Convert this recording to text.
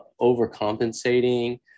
overcompensating